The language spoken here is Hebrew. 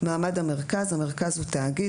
מעמד המרכז 4. המרכז הוא תאגיד,